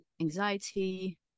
anxiety